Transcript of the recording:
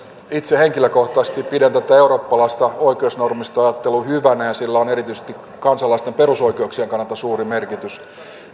itse henkilökohtaisesti pidän tätä eurooppalaista oikeusnormistoajattelua hyvänä ja sillä on erityisesti kansalaisten perusoikeuksien kannalta suuri merkitys